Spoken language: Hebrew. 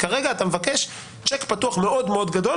כרגע אתה מבקש צ'ק פתוח מאוד-מאוד גדול,